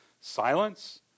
silence